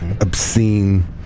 obscene